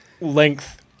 length